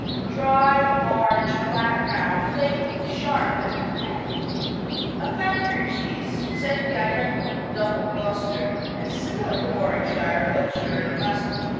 dry, large, flat, round, flaky, sharp and tangy a factory cheese said to be identical with double gloucester and similar to warwickshire, wiltshire and leicester.